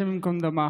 השם ייקום דמה,